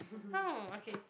mm okay